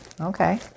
Okay